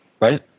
Right